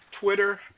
Twitter